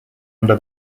under